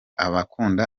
abakunda